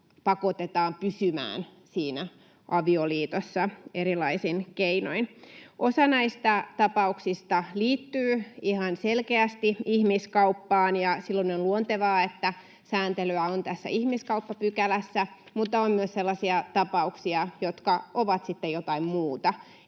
pakotetaan pysymään avioliitossa erilaisin keinoin. Osa näistä tapauksista liittyy ihan selkeästi ihmiskauppaan, ja silloin on luontevaa, että sääntelyä on ihmiskauppapykälässä. Mutta on myös sellaisia tapauksia, jotka ovat sitten jotain muuta